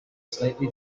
slightly